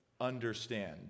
understand